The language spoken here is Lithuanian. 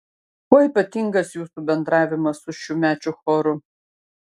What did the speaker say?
kuo ypatingas jūsų bendravimas su šiųmečiu choru